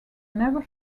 never